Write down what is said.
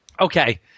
Okay